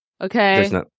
Okay